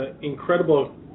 incredible